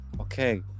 Okay